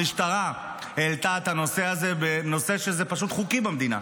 המשטרה העלתה את הנושא הזה, וזה פשוט חוקי במדינה.